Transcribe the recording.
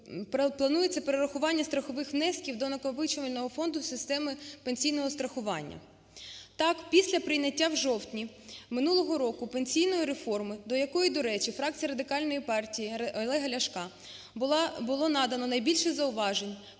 планується перерахування страхових внесків до накопичувального фонду в системі пенсійного страхування. Так, після прийняття в жовтні минулого року пенсійної реформи, до якої, до речі, фракцією Радикальної партії Олега Ляшка було надано найбільше зауважень,